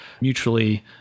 mutually